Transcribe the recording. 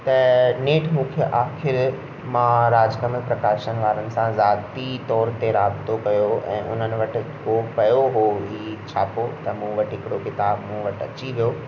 त नेट मूंखे आख़िर मां राजकमल प्रकाशन वारनि सां ज़्यादती तौर ते राबितो कयो ऐं उन्हनि वटि उहो पयो हो ई छापो त मूं वटि हिकिड़ो किताबु मूं वटि अची वियो